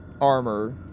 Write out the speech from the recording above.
armor